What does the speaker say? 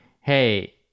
hey